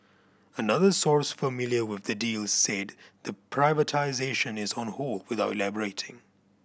another source familiar with the deal said the privatisation is on hold without elaborating